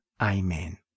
Amen